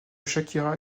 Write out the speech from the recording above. shakira